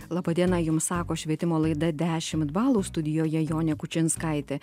laba diena jum sako švietimo laida dešimt balų studijoje jonė kučinskaitė